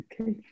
okay